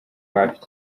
hafi